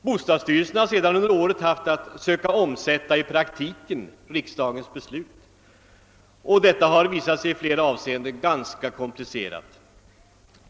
Bostadsstyrelsen har sedan under året haft att i praktiken söka omsätta riksdagens beslut, vilket visat sig i flera avseenden ganska komplicerat.